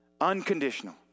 unconditional